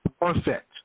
perfect